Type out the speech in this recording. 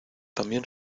también